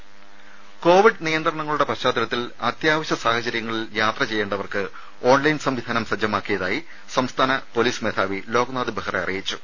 ദേശ കോവിഡ് നിയന്ത്രണങ്ങളുടെ പശ്ചാത്തലത്തിൽ അത്യാവശ്യ സാഹചര്യങ്ങളിൽ യാത്ര ചെയ്യേണ്ടവർക്ക് ഓൺലൈൻ സംവിധാനം സജ്ജമാക്കിയതായി സംസ്ഥാന പൊലീസ് മേധാവി ലോക്നാഥ് ബെഹ്റ അറിയിച്ചു